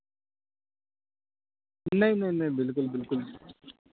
نہیں نہیں نہیں بالکل بالکل